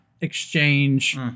exchange